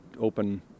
open